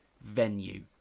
venue